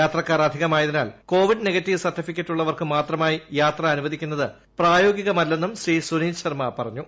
യാത്രക്കാർ അധികമായതിനാൽ covid negative certificate ഉള്ളവർക്ക് മാത്രമായി യാത്ര അനുവദിക്കുന്നത് പ്രായോഗികമല്ലെന്നും ശ്രീ സുനീത് ശർമ്മ പറഞ്ഞു